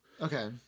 okay